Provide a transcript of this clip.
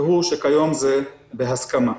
והוא שכיום זה בהסכמה.